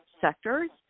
sectors